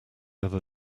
other